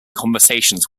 conversations